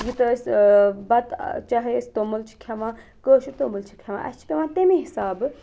یوٗتاہ أسۍ بَتہٕ چاہے أسۍ توٚمُل چھِ کھٮ۪وان کٲشُر توٚمُل چھِ کھٮ۪وان اَسہِ چھِ پٮ۪وان تمے حِسابہٕ